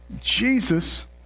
Jesus